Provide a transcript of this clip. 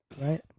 right